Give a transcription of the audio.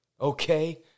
okay